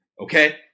Okay